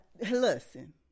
Listen